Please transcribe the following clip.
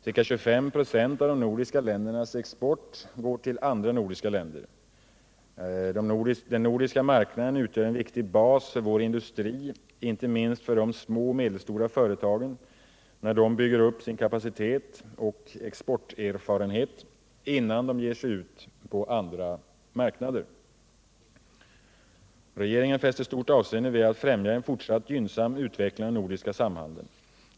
Ca 25 96 av de nordiska ländernas export går till andra nordiska länder. Den nordiska marknaden utgör en viktig bas för vår industri, inte minst för de små och medelstora företagen, när de bygger upp sin kapacitet och exporterfarenhet innan de ger sig ut på andra marknader. Regeringen fäster stort avseende vid att främja en fortsatt gynnsam utveckling av den nordiska samhandeln.